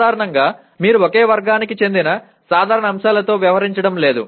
సాధారణంగా మీరు ఒకే వర్గానికి చెందిన జ్ఞాన అంశాలతో వ్యవహరించడం లేదు